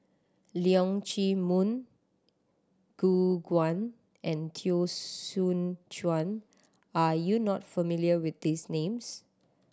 Leong Chee Mun Gu Juan and Teo Soon Chuan are you not familiar with these names